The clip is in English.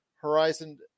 Horizon